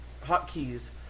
hotkeys